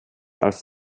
als